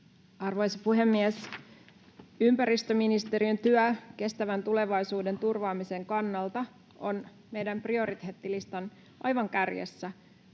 Arvoisa puhemies! Ympäristöministeriön työ kestävän tulevaisuuden turvaamisen kannalta on meidän prioriteettilistan aivan kärjessä.